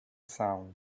sound